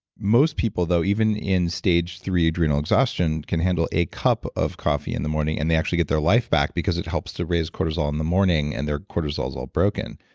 most people though, even in stage three adrenal exhaustion can handle a cup of coffee in the morning and they actually get their life back because it helps to raise cortisol in the morning and their cortisol is all broken.